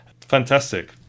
Fantastic